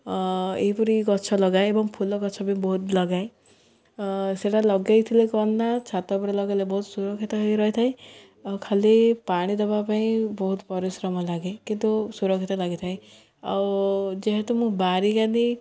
ଏହିପରି ଗଛ ଲଗାଏ ଏବଂ ଫୁଲ ଗଛ ବି ବହୁତ ଲଗାଏ ସେଟା ଲଗାଇଥିଲେ କ'ଣ ନା ଛାତ ଉପ ଲଗାଇଲେ ବହୁତ ସୁରକ୍ଷିତ ହେଇ ରହିଥାଏ ଆଉ ଖାଲି ପାଣି ଦେବା ପାଇଁ ବହୁତ ପରିଶ୍ରମ ଲାଗେ କିନ୍ତୁ ସୁରକ୍ଷିତ ଲାଗିଥାଏ ଆଉ ଯେହେତୁ ମୁଁ ବାରିି କାନି